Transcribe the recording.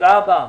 תודה רבה.